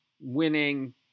winning